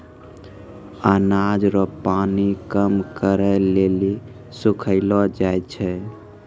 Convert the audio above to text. अनाज रो पानी कम करै लेली सुखैलो जाय छै